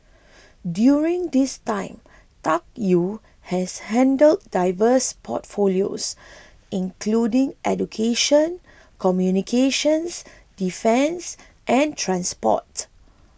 during this time Tuck Yew has handled diverse portfolios including education communications defence and transport